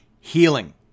healing